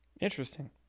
Interesting